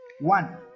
One